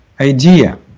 idea